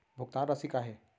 भुगतान राशि का हे?